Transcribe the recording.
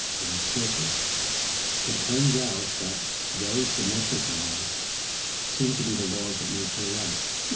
like circles it turns out that very symmetric laws seem to be the laws that nature likes.